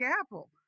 apple